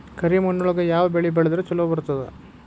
ಕರಿಮಣ್ಣೊಳಗ ಯಾವ ಬೆಳಿ ಬೆಳದ್ರ ಛಲೋ ಬರ್ತದ?